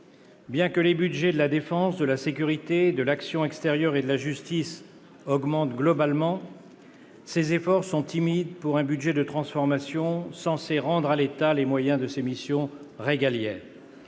Bien que les budgets de la défense, de la sécurité, de l'action extérieure et de la justice augmentent globalement, ces efforts sont timides pour un budget de transformation censé rendre à l'État les moyens de ses missions régaliennes.